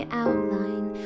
outline